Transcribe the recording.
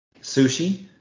sushi